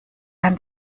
ein